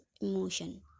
emotion